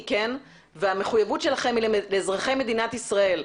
והמחויבות שלכם היא לאזרחי מדינת ישראל,